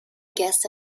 guess